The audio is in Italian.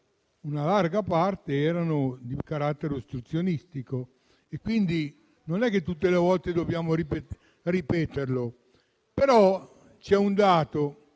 una larga parte era di carattere ostruzionistico, e quindi non tutte le volte dobbiamo ripeterlo. Non è mia